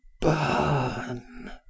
burn